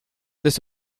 this